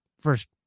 first